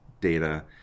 data